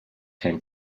came